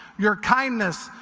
your kindness,